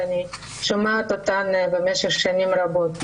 שאני שומעת אותן במשך שנים רבות.